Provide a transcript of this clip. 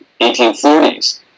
1840s